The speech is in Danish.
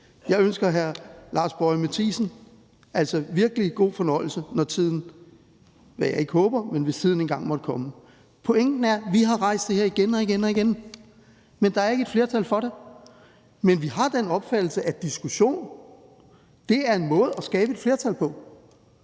Jeg ønsker hr. Lars Boje Mathiesen virkelig god fornøjelse, hvis tiden – hvad jeg ikke håber – engang måtte komme. Pointen er, at vi har rejst det her igen og igen, men der er ikke et flertal for det. Men vi har den opfattelse, at diskussion er en måde at skabe et flertal på,